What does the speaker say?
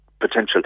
potential